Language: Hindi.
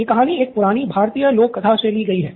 यह कहानी एक पुरानी भारतीय लोक कथा से ली गयी है